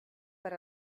per